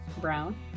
Brown